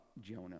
Jonah